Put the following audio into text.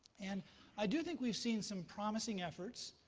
and i do think we've seen some promising efforts,